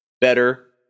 better